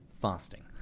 fasting